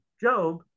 Job